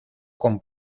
con